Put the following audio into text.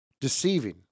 deceiving